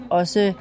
også